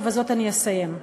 ובזאת אני אסיים: